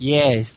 Yes